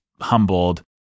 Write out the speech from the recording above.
humbled